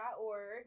org